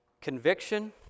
conviction